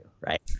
right